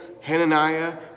Hananiah